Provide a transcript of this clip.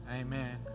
amen